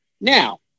Now